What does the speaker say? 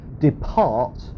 depart